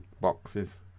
boxes